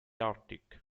arctic